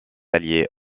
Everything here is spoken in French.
alliés